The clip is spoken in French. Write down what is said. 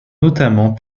notamment